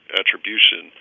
attribution